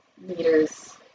meters